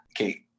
Okay